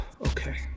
Okay